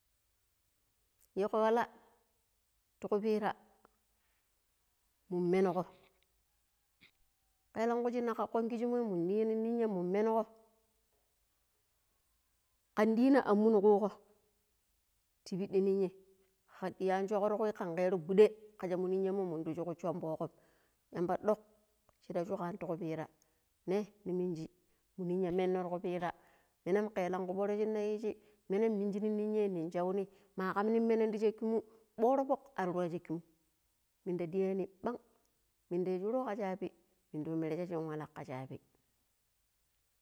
﻿yego walla ti kupira mun mengo keelanku shin kakon kishimoi mu ɗina nin ninya mun menigo kan ɗina an muno kugo ti peɗi ninye kaar ɗiya an shokro kwi kan kero guɗai kasha mu ninyamo mundi shok shoɓo go yamba ɗuk shirs shogani ti kupira ne ni minji mu ninya menno ti ku pira menan ka elanku foro shinna yishi menam minji nin ninye min shau ni ma kam ni menan ti sheki mu ɓoro fuk ar rua sheki mu mida diani bang minda yu shuro ka shabi minda yu merje shin walla ka shabi